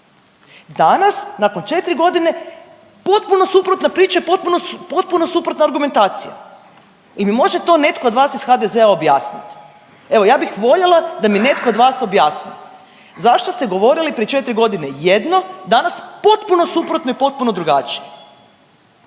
Danas nakon četiri godine potpuno suprotna priča i potpuno suprotna argumentacija. Jel mi može to netko od vas iz HDZ-a objasnit? Evo ja bih voljela da mi netko od vas objasni zašto ste govorili prije 4 godine jedno, danas potpuno suprotno i potpuno drugačije.